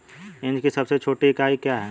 Inch की सबसे छोटी इकाई क्या है?